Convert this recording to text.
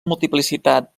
multiplicitat